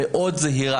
ציבור.